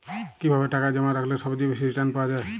কিভাবে টাকা জমা রাখলে সবচেয়ে বেশি রির্টান পাওয়া য়ায়?